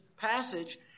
passage